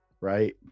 right